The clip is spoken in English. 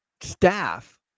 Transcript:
staff